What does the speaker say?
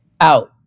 out